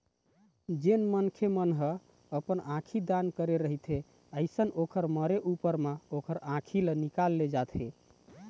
जेन मनखे मन ह अपन आंखी दान करे रहिथे अइसन ओखर मरे ऊपर म ओखर आँखी ल निकाल ले जाथे